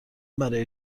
برای